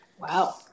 Wow